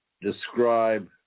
describe